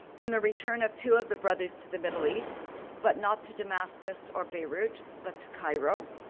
in the return of two of the brothers to the middle east but not to damascus or beirut, but to cairo.